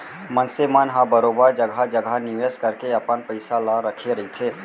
मनसे मन ह बरोबर जघा जघा निवेस करके अपन पइसा ल रखे रहिथे